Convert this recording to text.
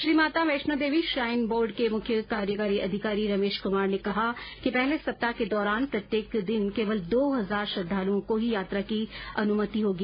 श्रीमाता Vaishno Devi shrine board के मुख्य कार्यकारी अधिकारी रमेश कुमार ने कहा कि पहले सप्ताह के दौरान प्रत्येक दिन केवल दो हजार श्रद्वालुओं को ही यात्रा की अनुमति होगी